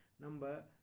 Number